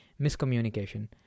miscommunication